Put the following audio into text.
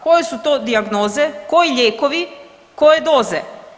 Koje su to dijagnoze, koji lijekovi, koje doze?